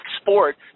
sport